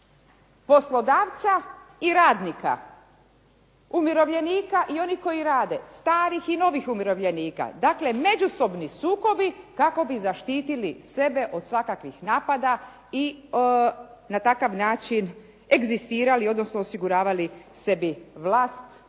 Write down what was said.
gospodarca i radnika, umirovljenika i onih koji rade, starih i novih umirovljenika. Dakle međusobni sukobi kako bi zaštitili sebe od svakakvih napada i na takav način egzistirali, odnosno osiguravali sebi vlast,